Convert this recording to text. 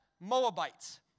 Moabites